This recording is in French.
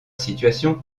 situation